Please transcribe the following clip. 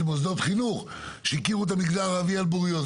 מוסדות חינוך שהכירו את המגזר הערבי על בוריו.